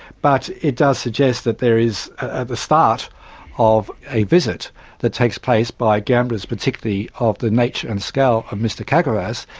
but it does suggest that there is, at ah the start of a visit that takes place by gamblers particularly of the nature and scale of mr kakavas,